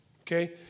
okay